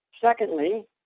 Secondly